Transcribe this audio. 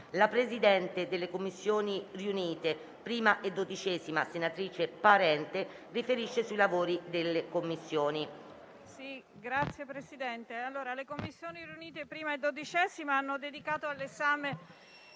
alla Presidente delle Commissioni riunite 1a e 12a, senatrice Parente, di riferire sui lavori delle Commissioni.